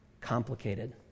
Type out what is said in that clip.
complicated